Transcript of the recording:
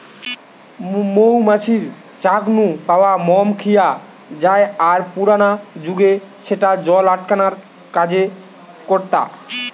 মৌ মাছির চাক নু পাওয়া মম খিয়া জায় আর পুরানা জুগে স্যাটা জল আটকানার কাজ করতা